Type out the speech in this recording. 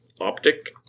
optic